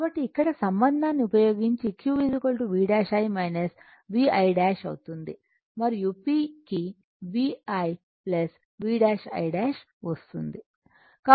కాబట్టి ఇక్కడ సంబంధాన్ని ఉపయోగించి Q V'I VI' అవుతుంది మరియు P కి VI V'I' వస్తుంది